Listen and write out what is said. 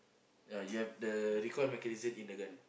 ya you have the recall mechanism in the gun